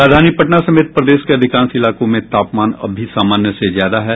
राजधानी पटना समेत प्रदेश के अधिकांश इलाकों में तापमान अब भी सामान्य से ज्यादा है